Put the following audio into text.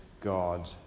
God